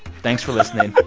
thanks for listening. but